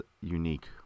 unique